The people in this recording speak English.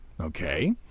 Okay